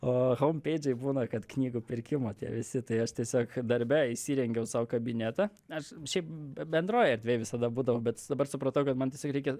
o haumpeidžai būna kad knygų pirkimo tie visi tai aš tiesiog darbe įsirengiau sau kabinetą aš šiaip bendroj erdvėj visada būdavau bet dabar supratau kad man tiesiog reikia